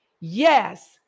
Yes